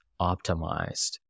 optimized